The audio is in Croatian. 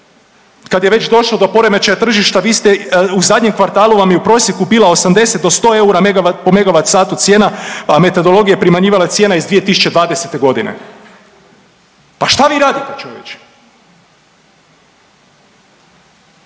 kad je već došlo do poremećaja tržišta vi ste u zadnje kvartalu vam je u prosjeku bila 80 do 100 eura po megavat satu cijena, a metodologija primjenjivala cijena iz 2020. godine. Pa šta vi radite čovječe?